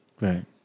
Right